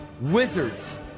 wizard's